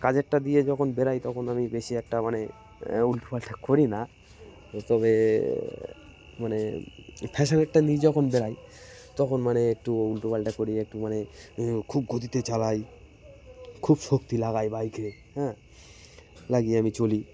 কাজেরটা দিয়ে যখন বেরাই তখন আমি বেশি একটা মানে উল্টো পাল্টা করি না তবে মানে ফ্যাশানটা নিয়ে যখন বেরোই তখন মানে একটু উল্টো পাল্টা করি একটু মানে খুব গতিতে চালাই খুব শক্তি লাগাই বাইক হ্যাঁ লাগিয়ে আমি চলি